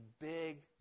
big